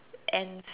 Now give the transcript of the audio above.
ends